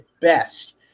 best